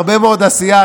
הרבה מאוד עשייה.